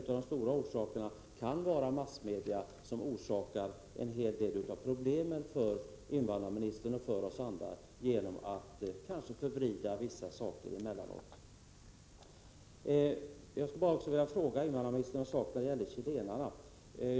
En av de stora orsakerna kan också vara massmedia, som orsakar en hel del problem för invandrarministern och för oss andra genom att emellanåt kanske förvrida vissa förhållanden. Sedan skulle jag vilja fråga invandrarministern något beträffande chilenarna.